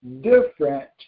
different